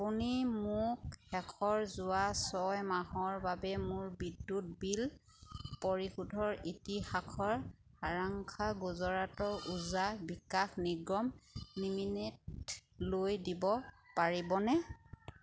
আপুনি মোক শেষৰ যোৱা ছয় মাহৰ বাবে মোৰ বিদ্যুৎ বিল পৰিশোধৰ ইতিহাসৰ সাৰাংশ গুজৰাট উৰ্জা বিকাশ নিগম লিমিটেডলৈ দিব পাৰিবনে